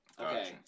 okay